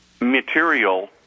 Material